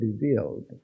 revealed